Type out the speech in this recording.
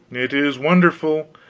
it is wonderful.